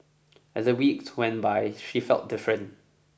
as the weeks went by she felt different